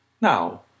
Now